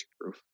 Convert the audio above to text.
proof